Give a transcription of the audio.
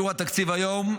אישור התקציב היום,